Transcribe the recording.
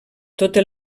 totes